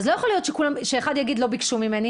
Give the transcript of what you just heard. אז לא יכול להיות שאחד יגיד שלא ביקשו ממנו